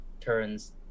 turns